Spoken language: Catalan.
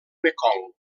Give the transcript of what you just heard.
mekong